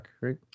right